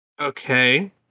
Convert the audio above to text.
Okay